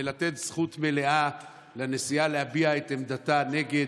ולתת זכות מלאה לנשיאה להביע את עמדתה נגד